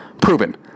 proven